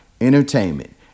entertainment